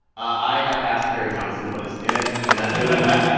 i have asked carrie johnson what is in it, and that's good enough